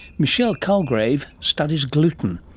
michelle colgrave studies gluten.